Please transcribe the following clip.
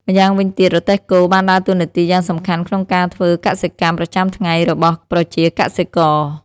ម្យ៉ាងវិញទៀត រទេះគោបានដើរតួនាទីយ៉ាងសំខាន់ក្នុងការធ្វើកសិកម្មប្រចាំថ្ងៃរបស់ប្រជាកសិករ។